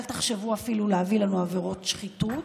אל תחשבו אפילו להביא לנו עבירות שחיתות.